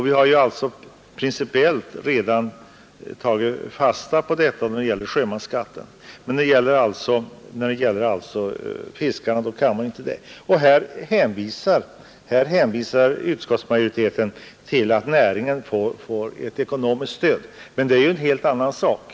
Vi har principiellt redan tagit fasta på detta när det gäller sjömansskatten, men när det alltså rör fiskarna kan man inte göra det. Utskottsmajoriteten hänvisar till att näringen får ett ekonomiskt stöd — men det är en helt annan sak.